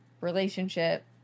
relationship